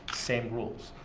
same rules.